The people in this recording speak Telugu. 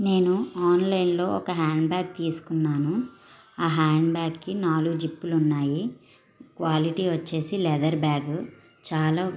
నేను ఆన్లైన్లో ఒక హ్యాండ్ బ్యాగ్ తీసుకున్నాను ఆ హ్యాండ్ బ్యాగ్కి నాలుగు జిప్పులు ఉన్నాయి క్వాలిటీ వచ్చేసి లెదర్ బ్యాగు చాలా